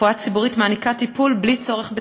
רפואה ציבורית מעניקה טיפול בלי צורך בתשלום,